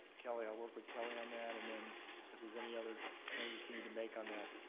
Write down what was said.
kelly, i'll work with kelly on that. and then if there's any other changes we need to make on that,